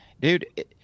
dude